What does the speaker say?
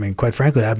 i mean quite frankly, um